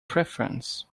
preference